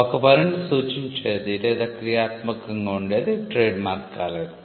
ఒక పనిని సూచించేది లేదా క్రియాత్మకంగా ఉండేది ట్రేడ్మార్క్ కాలేదు